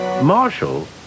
Marshall